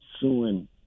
suing